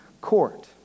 court